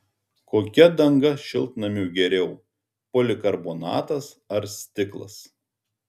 kokia danga šiltnamiui geriau polikarbonatas ar stiklas